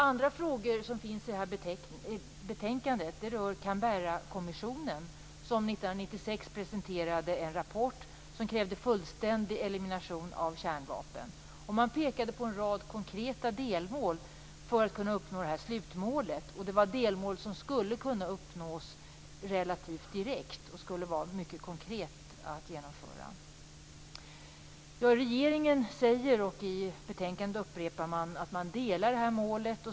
Andra frågor som finns i det här betänkandet rör Canberrakommissionen som 1996 presenterade en rapport som krävde fullständig elimination av kärnvapen. Man pekade på en rad konkreta delmål som skulle uppnås för att man skulle kunna uppnå slutmålet. Det var delmål som skulle kunna uppnås relativt direkt. De skulle vara mycket konkreta. Regeringen säger, och det upprepas i betänkandet, att man delar det här målet.